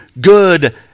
good